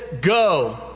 go